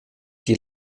die